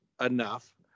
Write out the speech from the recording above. enough